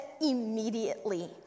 immediately